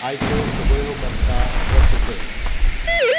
आयच्यो सगळ्यो बसका रद्द कर